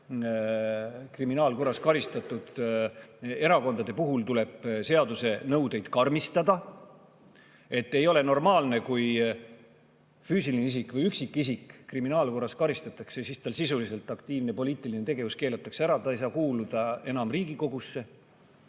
kriminaalkorras karistatud erakondade puhul tuleb seaduse nõudeid karmistada. Ei ole normaalne, et kui füüsilist isikut, üksikisikut kriminaalkorras karistatakse, siis tal sisuliselt aktiivne poliitiline tegevus keelatakse ära ja ta ei saa kuuluda enam Riigikogusse,